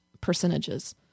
percentages